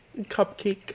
cupcake